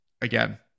again